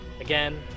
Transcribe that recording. Again